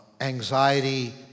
Anxiety